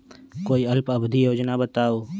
कोई अल्प अवधि योजना बताऊ?